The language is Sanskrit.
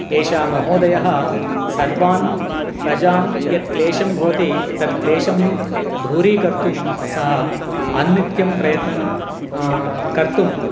एषः महोदयः सर्वान् प्रजान् यत् क्लेशं भवति तत् क्लेशं दूरीकर्तुं सः नित्यं प्रयत्नं कर्तुम्